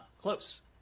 close